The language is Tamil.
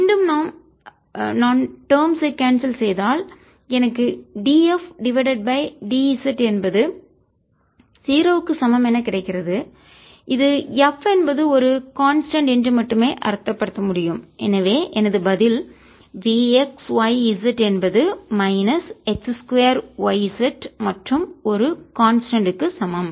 மீண்டும் நான் டேர்ம்ஸ் ஐ கான்செல் செய்தால் எனக்கு d f divided by d z என்பது 0 க்கு சமம் என கிடைக்கும் இது F என்பது ஒரு கான்ஸ்டன்ட் மாறிலிஎன்று மட்டுமே அர்த்தப்படுத்த முடியும் எனவே எனது பதில் V x y z என்பது மைனஸ் x 2 y z மற்றும் ஒரு கான்ஸ்டன்ட் க்கு மாறிலிசமம்